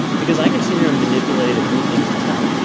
because i can sit here and manipulate and move things around.